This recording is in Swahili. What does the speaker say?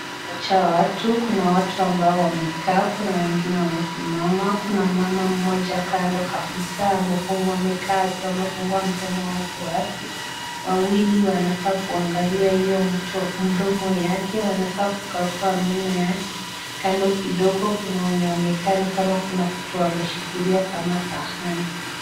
Imejaa watu, kuwa watu ambao wamekaa, kuna wengine wamesimama. Kuna mmama mmoja kando kabisa amekaa akiwa amefungua mdomo yake wazi, wawili wanakaa kuangalia hiyo mdomo yake. Wanakaa kukagua meno yake, kando kidogo kuwa wenye wamekaa ni kama kuna vitu wameshikilia kama sahani.